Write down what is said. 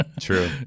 True